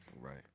Right